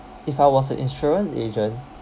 if I was an insurance agent